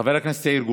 חבר הכנסת יאיר גולן,